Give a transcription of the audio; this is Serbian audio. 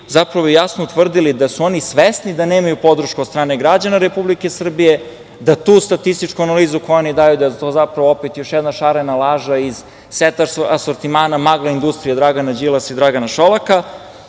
zapravo jasno utvrdili da su oni svesni da nemaju podršku od strane građana Republike Srbije, da tu statističku analizu koju oni daju, da je to zapravo opet još jedna šarena laža iz seta asortimana „magla“ industrije Dragana Đilasa i Dragana Šolaka.